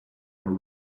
are